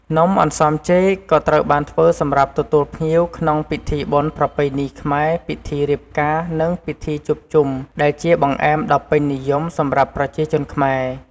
នំអន្សមចេក ក៏ត្រូវបានធ្វើសម្រាប់ទទួលភ្ញៀវ ក្នុងពិធីបុណ្យប្រពៃណីខ្មែរ ពិធីរៀបការ និងពិធីជួបជុំ ដែលជាបង្អែមដ៏ពេញនិយមសម្រាប់ប្រជាជនខ្មែរ។